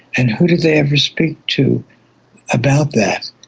and who did they ever speak to about that?